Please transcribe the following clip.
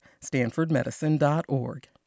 StanfordMedicine.org